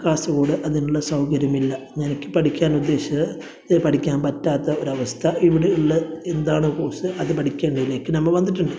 കാസർഗോഡ് അതിനുള്ള സൗകര്യമില്ല എനിക്ക് പഠിക്കാനുദ്ദേശിച്ചത് ഈ പഠിക്കാൻ പറ്റാത്ത ഒരവസ്ഥ ഇവിടെ ഉള്ള എന്താണോ കോഴ്സ് അത് പഠിക്കാൻ വേണ്ടിയിട്ട് നമ്മൾ വന്നിട്ടുണ്ട്